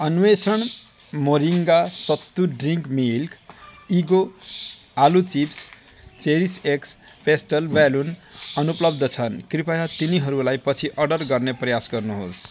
अन्वेषण moringa sattu drink milk इगो आलु चिप्स र चेरिस एक्स पेस्टल बेलुन अनुपलब्ध छन् कृपया तिनीहरूलाई पछि अर्डर गर्ने प्रयास गर्नुहोस्